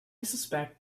suspect